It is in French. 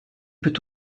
peut